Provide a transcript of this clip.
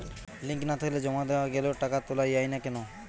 Link না থাকলে জমা দেওয়া গেলেও টাকা তোলা য়ায় না কেন?